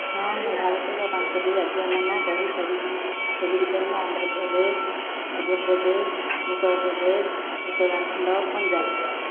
ହଁ ମୁଁ ଭାରତର ପାଞ୍ଚଟି ରାଜ୍ୟର ନାମ କହିପାରିବି ସେଗୁଡ଼ିକ ହେଲା ଆନ୍ଧ୍ରପ୍ରଦେଶ ମଧ୍ୟପ୍ରଦେଶ ଉତ୍ତରପ୍ରଦେଶ ଉତ୍ତରାଖଣ୍ଡ ପଞ୍ଜାବ